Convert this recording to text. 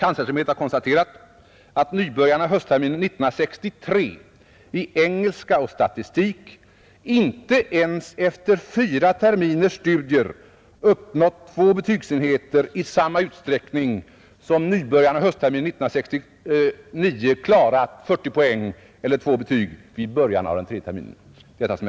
UKÄ har konstaterat att nybörjarna höstterminen 1963 i engelska och statistik inte ens efter fyra terminers studier uppnått två betygsenheter i samma utsträckning som nybörjarna höstterminen 1969 klarat 40 poäng vid början av den tredje terminen.